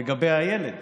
לגבי הילד